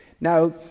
Now